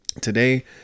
today